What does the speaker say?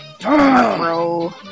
bro